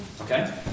Okay